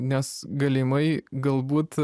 nes galimai galbūt